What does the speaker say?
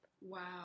Wow